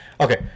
Okay